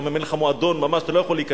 שם, אם אין לך מועדון ממש אתה לא יכול להיכנס.